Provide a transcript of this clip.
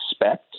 expect